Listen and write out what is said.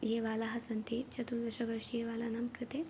ये बालाः सन्ति चतुर्दशवर्षीयबालानां कृते